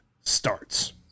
starts